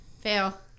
Fail